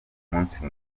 umunsi